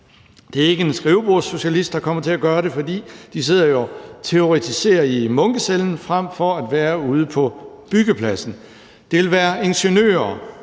Det er ikke en skrivebordssocialist, der kommer til at gøre det, for de sidder jo og teoretiserer i munkecellen frem for at være ude på byggepladsen. Det vil være ingeniører,